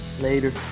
Later